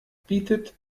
bietet